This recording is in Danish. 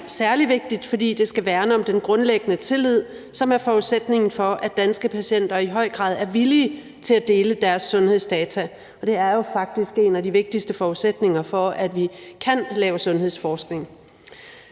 er særlig vigtigt, fordi det skal værne om den grundlæggende tillid, som er forudsætningen for, at danske patienter i høj grad er villige til at dele deres sundhedsdata. Det er jo faktisk en af de vigtigste forudsætninger for, at vi kan lave sundhedsforskning.